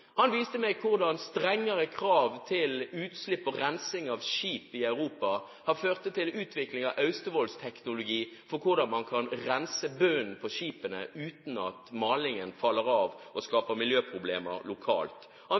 Han viste meg hvordan strengere krav til utslipp og rensing av skip i Europa har ført til utvikling av Austevoll-teknologi for hvordan man kan rense bunnen på skipene uten at malingen faller av og skaper miljøproblemer lokalt.